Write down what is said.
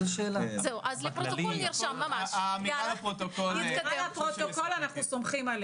השאלה אם זה ייאמר לפרוטוקול, אם זה לא מספק.